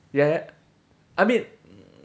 ya ya I mean